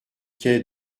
quai